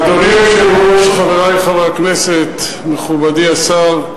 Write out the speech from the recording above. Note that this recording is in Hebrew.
אדוני היושב-ראש, חברי חברי הכנסת, מכובדי השר,